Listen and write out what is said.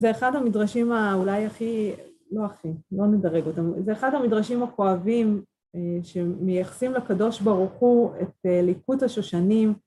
זה אחד המדרשים האולי הכי, לא הכי, לא נדרג אותם, זה אחד המדרשים הכואבים שמייחסים לקדוש ברוך הוא את ליקוט השושנים